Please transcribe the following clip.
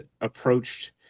approached